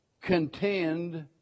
contend